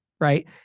right